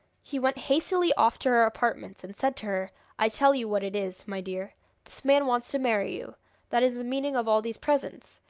he went hastily off to her apartments, and said to her i tell you what it is, my dear this man wants to marry you that is the meaning of all these presents!